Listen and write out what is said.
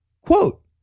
Quote